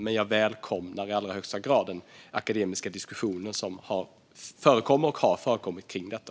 Men jag välkomnar i allra högsta grad den akademiska diskussion som förekommer och som har förekommit kring detta.